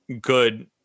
good